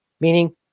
Meaning